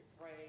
pray